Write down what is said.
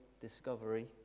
discovery